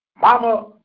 Mama